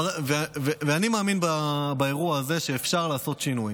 אני מאמין שבאירוע הזה שאפשר לעשות שינוי.